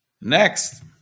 Next